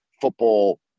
football